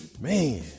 Man